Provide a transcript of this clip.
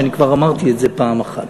אני כבר אמרתי את זה פעם אחת,